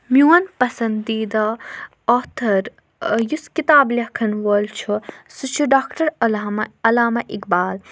میون پسنٛدیٖدہ آتھر یُس کِتاب لیکھَن وول چھُ سُہ چھُ ڈاکٹر علامہ علامہ اقبال